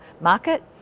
market